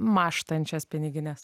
mąžtančias pinigines